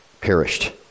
perished